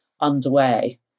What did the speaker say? underway